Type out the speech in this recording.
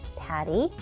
patty